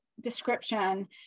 description